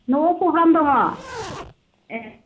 न'वाव प्रग्राम दङ ए